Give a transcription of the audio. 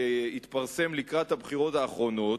שהתפרסם לקראת הבחירות האחרונות,